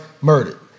murdered